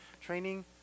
Training